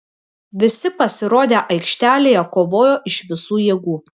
visi pasirodę aikštelėje kovojo iš visų jėgų